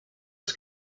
its